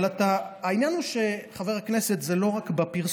אבל העניין הוא, חבר הכנסת, שזה לא רק בפרסומת.